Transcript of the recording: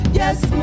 yes